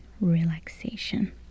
relaxation